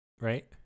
right